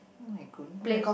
oh-my-goodness